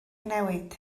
newid